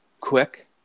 quick